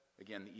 again